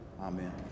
Amen